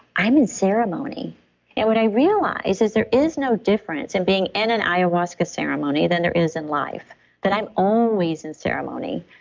i'm in ceremony. and what i realize is there is no difference in being in an ayahuasca ceremony than there is in life that i'm always in ceremony.